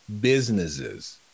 businesses